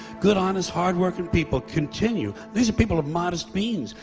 good, honest, hardworking people continue, these are people of modest beings,